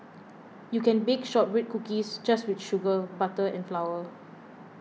you can bake Shortbread Cookies just with sugar butter and flour